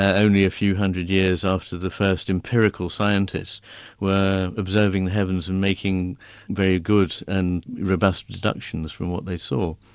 ah only a few hundred years after the first empirical scientists were observing the heavens and making very good and robust deductions from what they saw.